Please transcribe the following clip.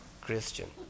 Christian